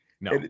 No